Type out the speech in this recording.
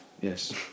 yes